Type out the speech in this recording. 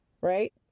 right